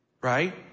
Right